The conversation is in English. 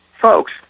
folks